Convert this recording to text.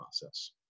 process